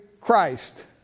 Christ